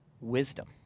wisdom